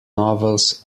novels